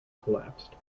collapsed